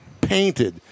painted